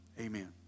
Amen